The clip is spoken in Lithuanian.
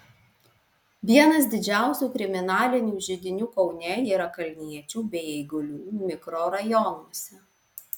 vienas didžiausių kriminalinių židinių kaune yra kalniečių bei eigulių mikrorajonuose